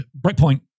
Breakpoint